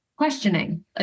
questioning